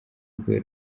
rwe